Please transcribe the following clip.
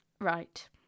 ...right